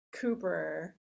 Cooper